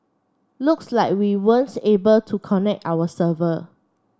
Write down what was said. looks like we weren't able to connect our server